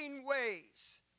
ways